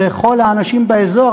לכל האנשים באזור,